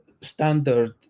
standard